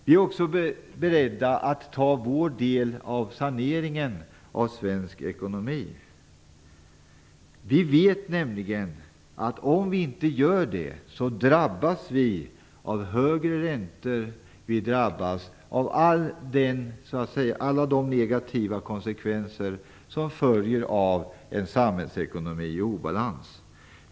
Vi är också beredda att ta vår del av saneringen av svensk ekonomi. Vi vet nämligen att om vi inte gör det drabbas vi av högre räntor och av alla de negativa konsekvenser som följer av en samhällsekonomi i obalans.